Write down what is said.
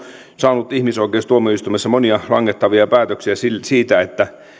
saanut ihmisoikeustuomioistuimessa monia langettavia päätöksiä siitä että